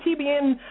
TBN